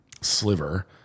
sliver